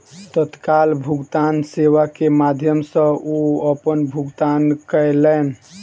तत्काल भुगतान सेवा के माध्यम सॅ ओ अपन भुगतान कयलैन